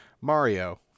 Mario